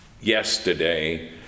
yesterday